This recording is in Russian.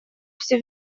все